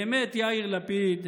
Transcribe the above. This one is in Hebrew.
באמת, יאיר לפיד,